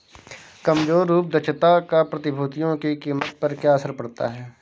कमजोर रूप दक्षता का प्रतिभूतियों की कीमत पर क्या असर पड़ता है?